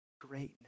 greatness